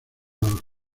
los